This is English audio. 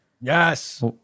yes